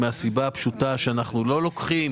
אנחנו לא לוקחים